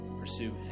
pursue